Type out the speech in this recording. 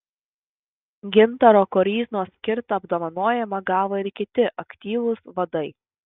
gintaro koryznos skirtą apdovanojimą gavo ir kiti aktyvūs vadai